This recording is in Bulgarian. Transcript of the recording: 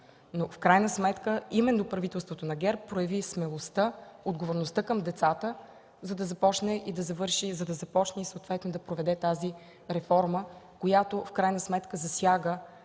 Но в крайна сметка именно правителството на ГЕРБ прояви смелостта, отговорността към децата, за да започне и съответно да проведе тази реформа, която в крайна сметка засяга